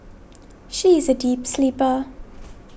she is a deep sleeper